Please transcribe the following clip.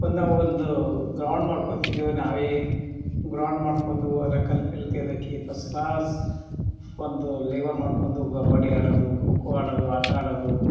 ಒಂದು ನಾವು ಒಂದು ಗ್ರೌಂಡ್ ಮಾಡ್ಕೊತಿದ್ದೆವು ನಾವೇ ಗ್ರೌಂಡ್ ಮಾಡ್ಕೊಂಡು ಅದಕ್ಕೆ ಕಲ್ಲು ಪಿಲ್ ತೆಗೆದಾಕಿ ಫಸ್ಟ್ ಕ್ಲಾಸ್ ಒಂದು ಲೆವಲ್ ಮಾಡ್ಕೊಂಡು ಕಬಡ್ಡಿ ಆಡೋದು ಖೋಖೋ ಆಡೋದು ಆಟ ಆಡೋದು